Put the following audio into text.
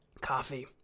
coffee